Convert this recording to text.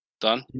Done